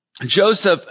joseph